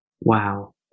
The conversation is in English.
Wow